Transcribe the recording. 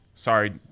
Sorry